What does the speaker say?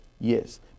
Yes